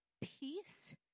peace